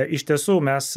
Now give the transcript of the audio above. iš tiesų mes